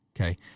Okay